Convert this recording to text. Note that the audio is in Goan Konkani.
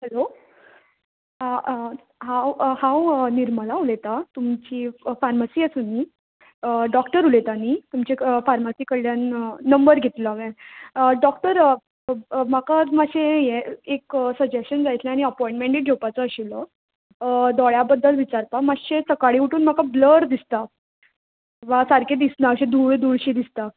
हॅलो आ हांव हांव निर्मला उलयतां तुमची फार्मासी आसा न्ही डॉक्टर उलयतां न्ही तुमचे क फार्मासी कळ्ळ्यान नंबर घेतलो हांवें डॉक्टर म्हाकात मातशें हें एक सजॅशन जाय आसलें आनी अपॉणमँड एक घेवपाचो आशिल्लो दोळ्या बद्दल विचारपा माश्शें सकाळीं उठून म्हाका ब्लर दिसता किंवा सारकें दिस्ना अशें धूळ धुळशें दिसता